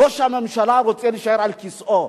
ראש הממשלה רוצה להישאר על כיסאו.